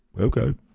Okay